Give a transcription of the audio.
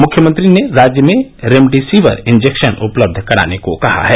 मुख्यमंत्री ने राज्य में रेमडेसिविर इन्जेक्शन उपलब्ध कराने को कहा है